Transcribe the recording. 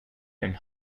and